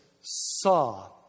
saw